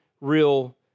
real